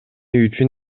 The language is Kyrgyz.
үчүн